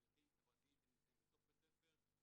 מדריכים חברתיים שנמצאים בתוך בית ספר,